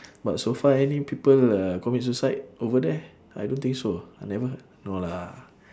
but so far any people uh commit suicide over there I don't think so ah I never heard no lah